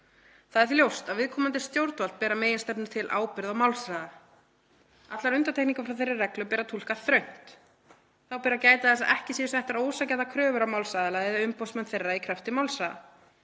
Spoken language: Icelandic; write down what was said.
Það er því ljóst að viðkomandi stjórnvald ber að meginstefnu ábyrgð á málshraða. Allar undantekningar frá þeirri reglu ber að túlka þröngt. Þá ber að gæta þess að ekki séu settar ósanngjarnar kröfur á málsaðila eða umboðsmenn þeirra í krafti málshraða.